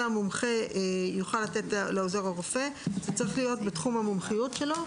המומחה יוכל לתת לעוזר הרופא: זה צריך להיות בתחום המומחיות שלו,